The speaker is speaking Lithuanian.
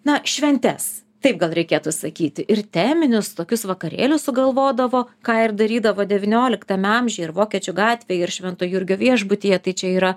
na šventes taip gal reikėtų sakyti ir teminius tokius vakarėlius sugalvodavo ką ir darydavo devynioliktame amžiuje ir vokiečių gatvėj ir švento jurgio viešbutyje tai čia yra